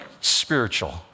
spiritual